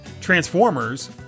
Transformers